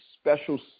special